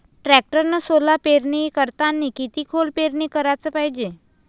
टॅक्टरनं सोला पेरनी करतांनी किती खोल पेरनी कराच पायजे?